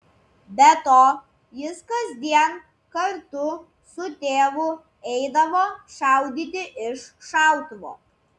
be to jis kasdien kartu su tėvu eidavo šaudyti iš šautuvo